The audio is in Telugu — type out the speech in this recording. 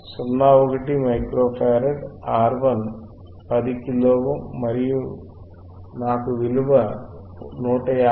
1 microfarad R1 10 kilo ohm మరియు నాకు విలువ 159